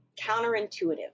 counterintuitive